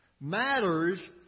matters